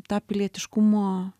tą pilietiškumo